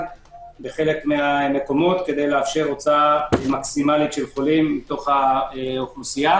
בחלק מהמקומות כדי לאפשר הוצאה מקסימלית של החולים מתוך האוכלוסייה.